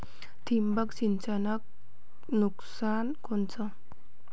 ठिबक सिंचनचं नुकसान कोनचं?